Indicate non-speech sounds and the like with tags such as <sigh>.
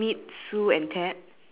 ya <laughs>